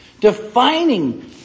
defining